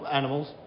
animals